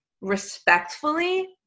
respectfully